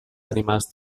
animals